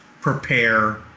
prepare